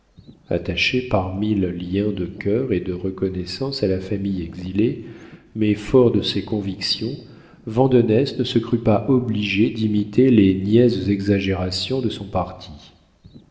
attaché par mille liens de cœur et de reconnaissance à la famille exilée mais fort de ses convictions vandenesse ne se crut pas obligé d'imiter les niaises exagérations de son parti